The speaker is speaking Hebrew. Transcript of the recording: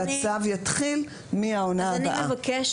והצו יתחיל מהעונה הבאה.